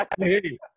Hey